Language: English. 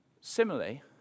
Similarly